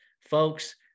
folks